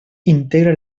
integra